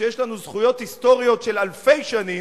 שיש לנו עליהם זכויות היסטוריות של אלפי שנים,